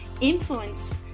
influence